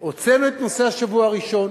הוצאנו את נושא השבוע הראשון,